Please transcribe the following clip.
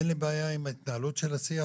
אין לי בעיה עם ההתנהלות של השיח,